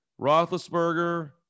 Roethlisberger